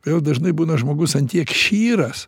kodėl dažnai būna žmogus ant tiek ščyras